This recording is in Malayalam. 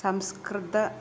സംസ്കൃത